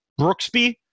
Brooksby